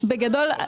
לא,